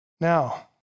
Now